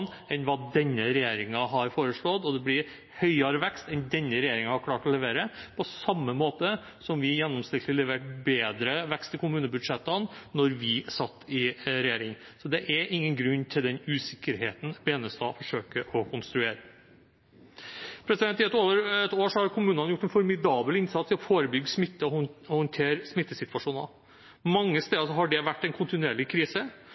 enn hva denne regjeringen har foreslått, og det blir høyere vekst enn denne regjeringen har klart å levere, på samme måte som vi gjennomsnittlig leverte bedre vekst i kommunebudsjettene da vi satt i regjering. Så det er ingen grunn til den usikkerheten representanten Tveiten Benestad forsøker å konstruere. I over et år har kommunene gjort en formidabel innsats med å forebygge smitte og håndtere smittesituasjoner. Mange steder har det vært en kontinuerlig krise,